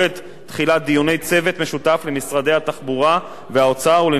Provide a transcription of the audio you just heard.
משותף למשרדי התחבורה והאוצר ולנציגי ענף מוניות השירות,